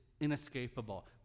inescapable